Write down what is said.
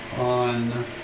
on